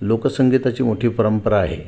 लोकसंगीताची मोठी परंपरा आहे